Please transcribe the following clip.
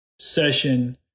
session